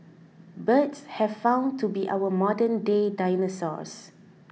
birds have found to be our modernday dinosaurs